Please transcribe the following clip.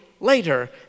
later